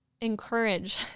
encourage